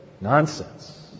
Nonsense